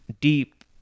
deep